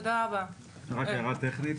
רק הערה טכנית.